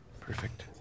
Perfect